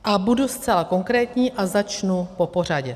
A budu zcela konkrétní a začnu popořadě.